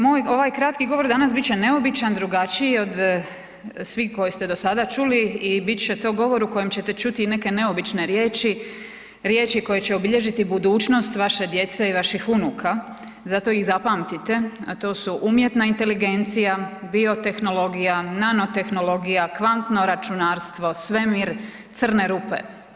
Moj ovaj kratki govor bit će danas neobičan, drugačiji od svih koje ste do sada čuli i bit će to govor u kojem ćete čuti neke neobične riječi, riječi koje će obilježiti budućnost vaše djece i vaših unuka, zato ih zapamtite, a to su umjetna inteligencija, biotehnologija, nanotehnologija, kvantno računalstvo, svemir, crne rupe.